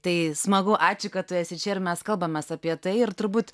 tai smagu ačiū kad tu esi čia ir mes kalbamės apie tai ir turbūt